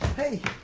hey. ay,